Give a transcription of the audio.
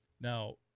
Now